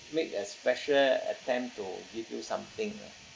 make a special attempt to give you something ah